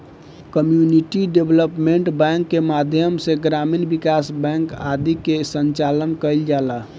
community development bank के माध्यम से ग्रामीण विकास बैंक आदि के संचालन कईल जाला